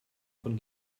von